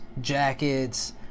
jackets